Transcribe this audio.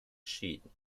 schäden